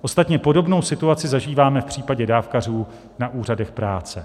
Ostatně podobnou situaci zažíváme v případě dávkařů na úřadech práce.